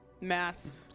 mass